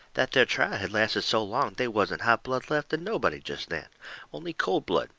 that there trial had lasted so long they wasn't hot blood left in nobody jest then only cold blood,